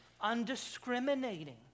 undiscriminating